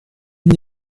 n’y